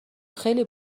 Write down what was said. خیلی